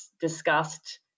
discussed